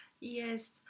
Yes